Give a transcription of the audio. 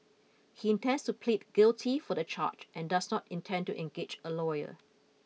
he intends to plead guilty for the charge and does not intend to engage a lawyer